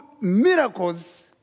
miracles